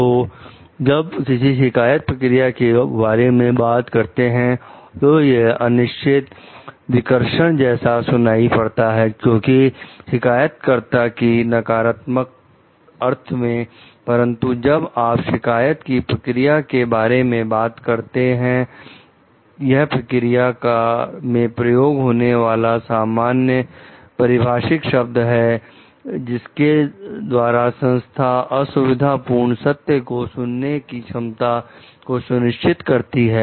तो जब किसी शिकायत प्रक्रिया के बारे में बात करते हैं तो यह अनिश्चित विकर्षण जैसा सुनाई पड़ता है क्योंकि शिकायत कर्ता के नकारात्मक अर्थ में परंतु जब आप शिकायत की प्रक्रिया के बारे में बात करते हैं यह प्रक्रिया में प्रयोग होने वाले सामान्य परिभाषित शब्द हैं जिसके द्वारा संस्था असुविधापूर्ण सत्य को सुनने की क्षमता को सुनिश्चित करती है